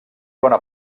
bona